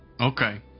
Okay